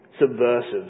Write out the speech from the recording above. subversive